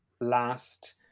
last